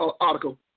article